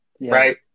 right